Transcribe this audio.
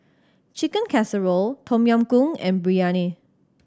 Chicken Casserole Tom Yam Goong and Biryani